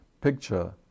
picture